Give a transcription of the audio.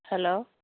hello